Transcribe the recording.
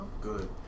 good